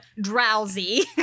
drowsy